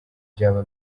byaba